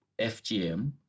FGM